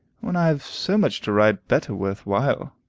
when i have so much to write better worth while.